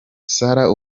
sarah